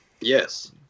Yes